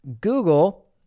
Google